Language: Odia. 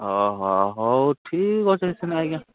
ଓହୋ ହଉ ଠିକ୍ ଅଛେ ସିନେ ଆଜ୍ଞା